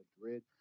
Madrid